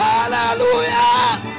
Hallelujah